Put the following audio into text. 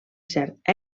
cert